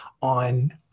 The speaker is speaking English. on